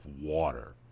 water